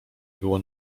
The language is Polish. było